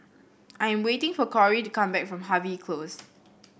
I'm waiting for Kory to come back from Harvey Close